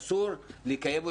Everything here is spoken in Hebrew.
אסור לקיים אותה,